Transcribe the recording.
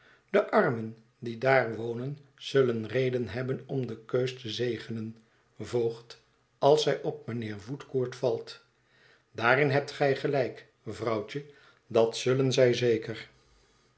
de armen die daar wonen zullen reden hebben om de keus te zegenen voogd als zij op mijnheer woodcourt valt daarin hebt gij gelijk vrouwtje dat zullen zij zeker